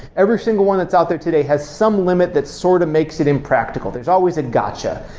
every single one that's out there today has some limit that sort of makes it impractical. there's always a got yeah